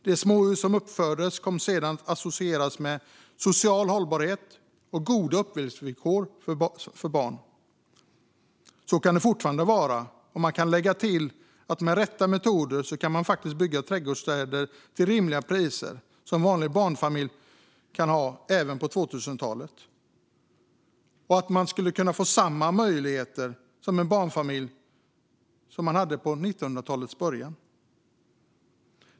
De småhus som uppfördes kom sedan att associeras med social hållbarhet och goda uppväxtvillkor för barn. Så kan det fortfarande vara, och jag kan lägga till att med rätt metoder kan man bygga trädgårdsstäder till rimliga priser så att en vanlig barnfamilj på 2000-talet kan få samma möjligheter som en barnfamilj vid 1900-talets början.